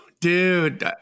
dude